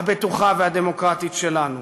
הבטוחה והדמוקרטית שלנו.